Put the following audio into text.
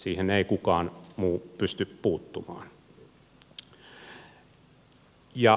siihen ei kukaan muu pysty puuttumaan